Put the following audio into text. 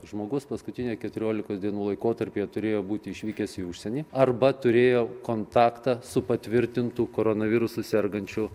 žmogus paskutinį keturiolikos dienų laikotarpyje turėjo būti išvykęs į užsienį arba turėjo kontaktą su patvirtintu koronavirusu sergančiu